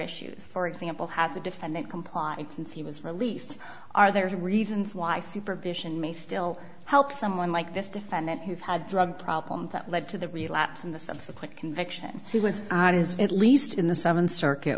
issues for example has the defendant complied since he was released are there are reasons why supervision may still help someone like this defendant who's had drug problems that led to the relapse and the subsequent conviction sequence is at least in the seventh circuit